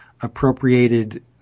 appropriated